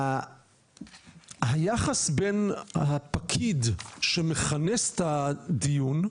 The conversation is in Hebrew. היחס בין הפקיד שמכנס את הדיון,